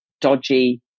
dodgy